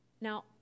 Now